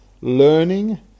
learning